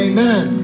Amen